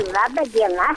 laba diena